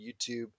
YouTube